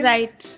Right